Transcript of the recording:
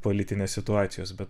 politinės situacijos bet